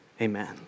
Amen